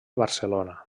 barcelona